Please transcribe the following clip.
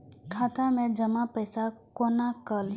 खाता मैं जमा पैसा कोना कल